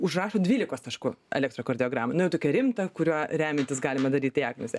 užrašo dvylikos taškų elektrokardiogramą nu jau tokią rimtą kuriuo remiantis galima daryt diagnozę